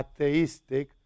atheistic